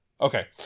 Okay